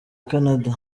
canada